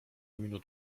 minut